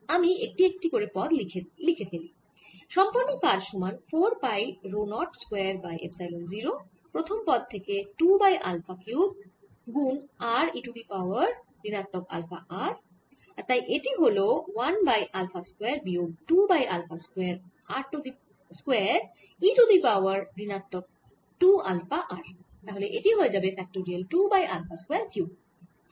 আমি একটি একটি করে পদ গুলি লিখি সম্পন্ন কাজ সমান 4 pi rho 0 square by epsilon 0 প্রথম পদ থেকে 2 বাই আলফা কিউব গুন r e to the power ঋণাত্মক আলফা r আর তাই এটি হল 1 বাই আলফা স্কয়ার বিয়োগ 2 by alpha square r square e to the power ঋণাত্মক 2 আলফা r তাহলে এটি হয়ে যাবে factorial 2 by alpha square cube